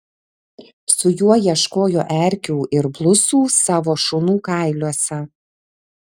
su juo ieškojo erkių ir blusų savo šunų kailiuose